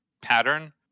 pattern